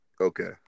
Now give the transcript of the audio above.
Okay